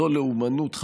הם לאומנות,